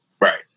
Right